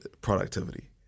productivity